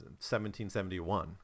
1771